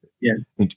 yes